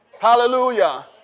Hallelujah